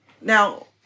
Now